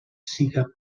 siga